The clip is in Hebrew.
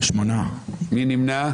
מי נמנע?